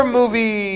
movie